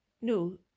no